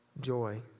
joy